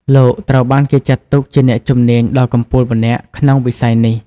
លោកត្រូវបានគេចាត់ទុកជាអ្នកជំនាញដ៏កំពូលម្នាក់ក្នុងវិស័យនេះ។